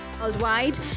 worldwide